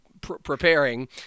preparing